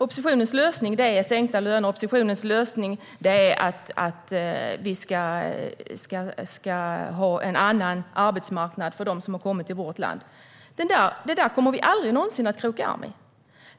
Oppositionens lösning, herr talman, är sänkta löner och att vi ska ha en annan arbetsmarknad för dem som har kommit till vårt land. Det där kommer vi aldrig någonsin att kroka arm om.